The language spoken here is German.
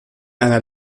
einer